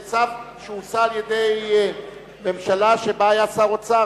שהוצע על-ידי ממשלה שבה הוא היה שר אוצר,